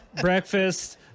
breakfast